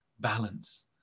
balance